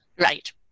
Right